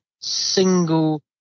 single